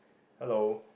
hello